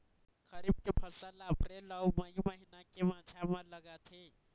खरीफ के फसल ला अप्रैल अऊ मई महीना के माझा म लगाथे